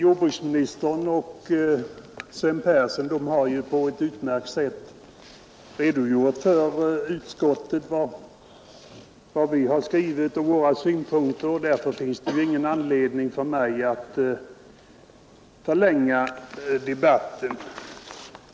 Jordbruksministern och herr Persson i Skänninge har ju på ett utmärkt sätt redogjort för vad utskottet skrivit och för våra synpunkter och då dessutom reservanterna inte anfört något som jävar vad utskottet anfört finns det ingen anledning för mig att förlänga debatten.